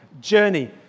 journey